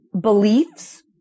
beliefs